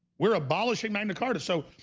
we're abolishing magna carta so,